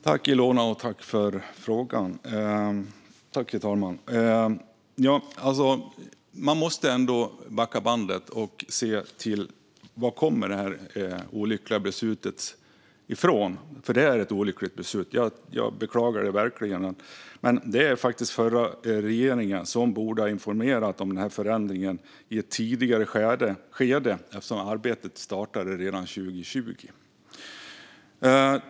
Herr talman! Jag tackar Ilona för frågan. Man måste ändå backa bandet och se varifrån detta olyckliga beslut kommer. Det är ett olyckligt beslut; jag beklagar det verkligen. Men det är faktiskt den förra regeringen som borde ha informerat om denna förändring i ett tidigare skede, eftersom arbetet startade redan 2020.